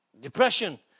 Depression